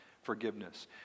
forgiveness